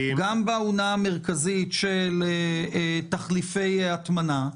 גם באונה המרכזית של תחליפי הטמנה,